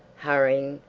hurrying,